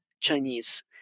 Chinese